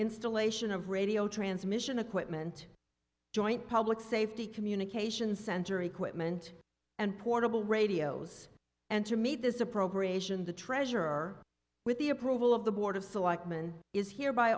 installation of radio transmission equipment joint public safety communications center equipment and portable radios and to meet this appropriation the treasurer with the approval of the board of selectmen is here by